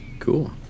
cool